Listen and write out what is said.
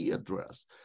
address